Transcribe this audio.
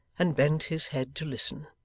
and bent his head to listen.